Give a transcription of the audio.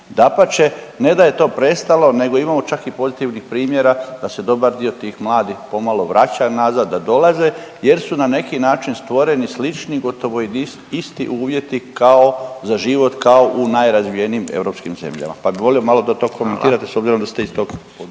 ne da je to prestalo nego imamo čak i pozitivnih primjera da se dobar dio tih mladih pomalo vraća nazad, da dolaze jer su na neki način stvoreni slični, gotovo isti uvjeti kao za život kao u najrazvijenijim europskim zemljama pa bih volio malo da to komentirate s obzirom da ste iz tog područja.